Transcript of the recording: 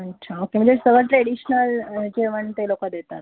अच्छा ओके म्हणजे सगळं ट्रेडिशनल जेवण ते लोकं देतात